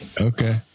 Okay